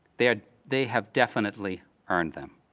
they ah they have definitely earned them.